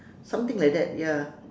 something like that ya